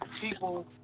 people